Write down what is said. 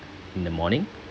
in the morning